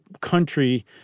country